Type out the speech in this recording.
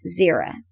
Zira